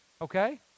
Okay